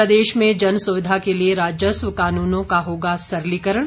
प्रदेश में जन सुविधा के लिए राजस्व कानूनों का होगा सरलीकरण